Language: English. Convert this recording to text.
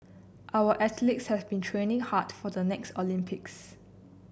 our athletes has been training hard for the next Olympics